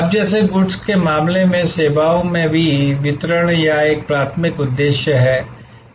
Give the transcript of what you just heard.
अब जैसे गुड्स के मामले में सेवाओं में भी वितरण का एक प्राथमिक उद्देश्य है